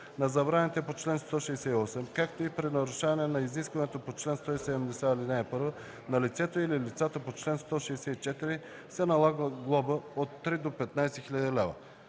на забраните по чл. 168, както и при нарушаване на изискването по чл. 170, ал. 1, на лицето или лицата по чл. 164 се налага глоба от 3000 до 15 000 лв.”